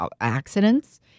accidents